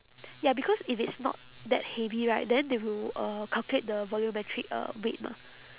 ya because if it's not that heavy right then they will uh calculate the volumetric uh weight mah